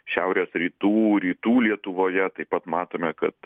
šiaurės rytų rytų lietuvoje taip pat matome kad